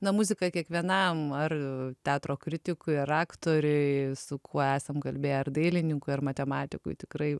na muzika kiekvienam ar teatro kritikui ar aktoriui su kuo esam kalbėję ar dailininkui ar matematikui tikrai